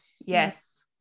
Yes